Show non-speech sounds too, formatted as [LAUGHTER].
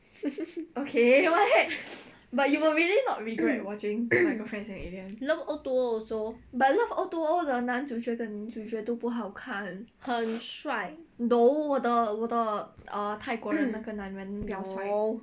[LAUGHS] love O two O also 很帅 no